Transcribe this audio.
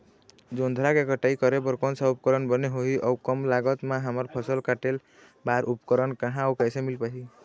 जोंधरा के कटाई करें बर कोन सा उपकरण बने होही अऊ कम लागत मा हमर फसल कटेल बार उपकरण कहा अउ कैसे मील पाही?